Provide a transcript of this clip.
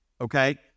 okay